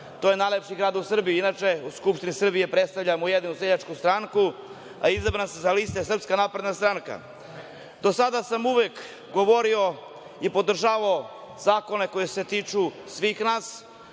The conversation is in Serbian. to je najlepši grad u Srbiji. Inače, u Skupštini Srbije predstavljam Ujedinjenu seljačku stranku, a izabran sam sa liste SNS.Do sada sam uvek govorio i podržavao zakone koji se tiču svih nas.